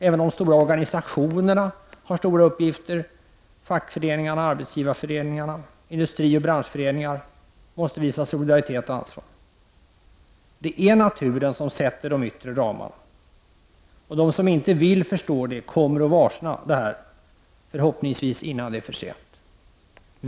Även de stora organisationerna — fackföreningarna, arbetsgivarföreningarna, industrioch branschföreningar — har stora uppgifter och måste visa solidaritet och ansvar. Det är naturen som sätter de yttre ramarna, och de som inte vill förstå det kommer, förhoppningsvis innan det är för sent, att varsna detta.